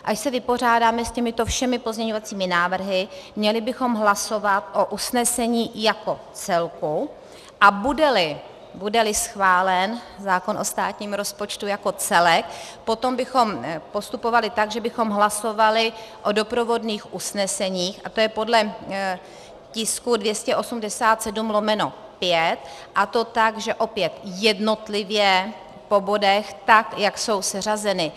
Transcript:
Až se vypořádáme s těmito všemi pozměňovacími návrhy, měli bychom hlasovat o usnesení jako celku, a budeli schválen zákon o státním rozpočtu jako celek, potom bychom postupovali tak, že bychom hlasovali o doprovodných usneseních, a to je podle tisku 287/5, a to tak, že opět jednotlivě po bodech tak, jak jsou seřazeny.